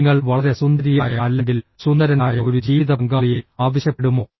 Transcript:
നിങ്ങൾ വളരെ സുന്ദരിയായ അല്ലെങ്കിൽ സുന്ദരനായ ഒരു ജീവിതപങ്കാളിയെ ആവശ്യപ്പെടുമോ